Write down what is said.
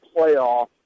playoff